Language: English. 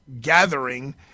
gathering